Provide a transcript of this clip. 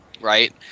Right